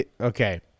okay